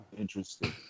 Interesting